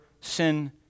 sin